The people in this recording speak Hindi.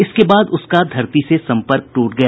इसके बाद उसका धरती से सम्पर्क टूट गया